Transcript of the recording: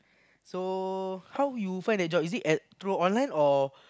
so how you find the job is it at through online or